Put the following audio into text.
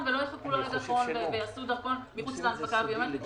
לחו"ל ולא יחכו לרגע האחרון ויעשו דרכון מחוץ להנפקה הביומטרית,